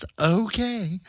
okay